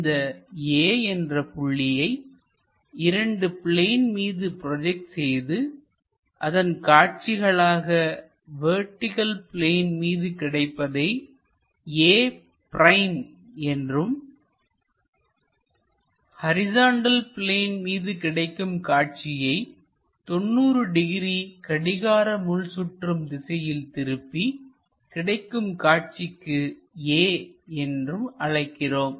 இந்த A என்ற புள்ளியை 2 பிளேன் மீது ப்ரோஜெக்ட் செய்து அதன் காட்சிகளாக வெர்டிகள் பிளேன் மீது கிடைப்பதை a' என்றும் ஹரிசாண்டல் பிளேன் மீது கிடைக்கும் காட்சியை 90 டிகிரி கடிகார முள் சுற்றும் திசையில் திருப்பி கிடைக்கும் காட்சிக்கு a என்று அழைக்கிறோம்